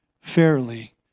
fairly